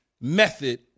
method